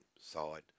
side